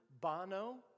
Bono